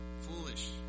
Foolish